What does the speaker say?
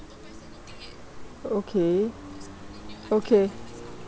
okay okay